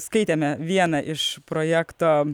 skaitėme vieną iš projekto